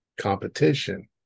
competition